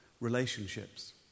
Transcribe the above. relationships